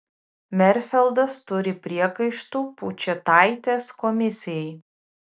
merfeldas turi priekaištų pučėtaitės komisijai